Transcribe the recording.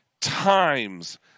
times